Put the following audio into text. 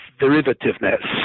derivativeness